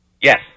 yes